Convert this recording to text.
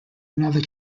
another